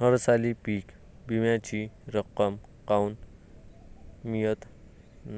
हरसाली पीक विम्याची रक्कम काऊन मियत